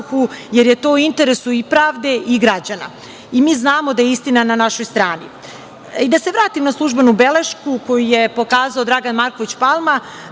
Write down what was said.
i pravde i građana. Mi znamo da je istina na našoj strani. Da se vratim na službenu belešku koju je pokazao Dragan Marković Palma,